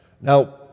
now